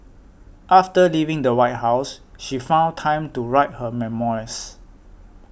after leaving the White House she found time to write her memoirs